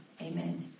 amen